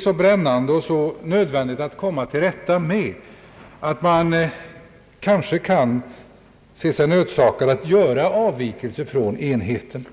så brännande och nödvändigt att komma till rätta med, att man kan se sig nödsakad att göra avvikelser från enhetligheten.